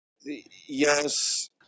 Yes